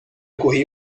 corri